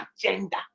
agenda